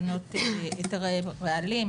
היתרי רעלים,